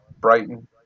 Brighton